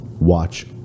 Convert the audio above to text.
watch